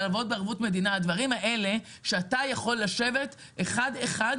אלה דברים שאתה יכול לשבת עליהן אחד-אחד